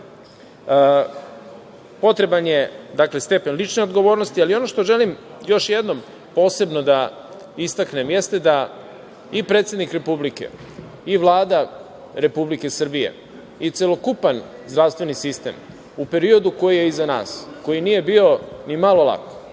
je, dakle, stepen lične odgovornosti, ali ono što želim još jednom posebno da istaknem, jeste da i predsednik Republike i Vlada Republike Srbije i celokupan zdravstveni sistem u periodu koji je iza nas, koji nije bio ni malo lak,